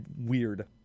weird